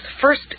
first